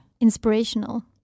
inspirational